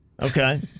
Okay